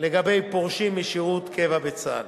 לגבי פורשים משירות קבע בצה"ל